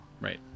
Right